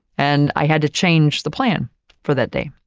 and i had to change the plan for that day.